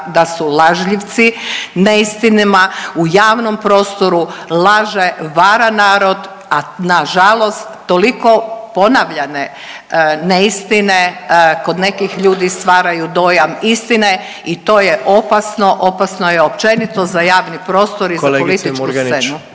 da su lažljivci, neistinama u javnom prostoru, laže, vara narod, a nažalost toliko ponavljane neistine kod nekih ljudi stvaraju dojam istine i to je opasno, opasno je općenito za javni prostor i za političku scenu.